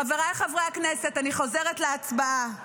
חבריי חברי הכנסת, אני חוזרת להצבעה.